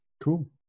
Cool